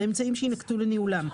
והאמצעים שיינקטו לניהולם.